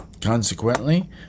Consequently